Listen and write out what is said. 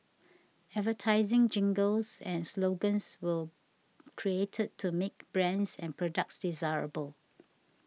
advertising jingles and slogans will created to make brands and products desirable